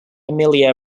emilia